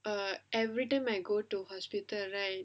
err everytime I go to hospital right